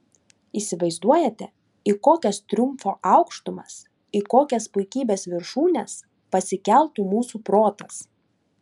įsivaizduojate į kokias triumfo aukštumas į kokias puikybės viršūnes pasikeltų mūsų protas